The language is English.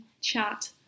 chat